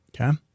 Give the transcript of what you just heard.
Okay